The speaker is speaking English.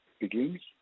begins